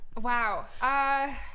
Wow